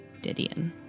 Didion